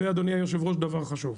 אדוני היושב-ראש, זה דבר חשוב.